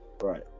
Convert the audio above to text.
Right